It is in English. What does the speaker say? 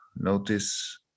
Notice